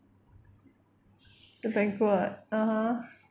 the banquet